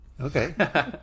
Okay